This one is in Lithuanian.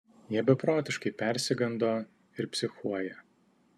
jie beprotiškai persigando ir psichuoja